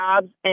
jobs